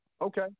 Okay